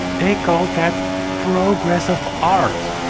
they called that progress of art,